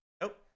nope